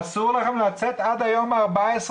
אסור להם לצאת עד היום ה-14,